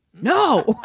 no